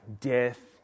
death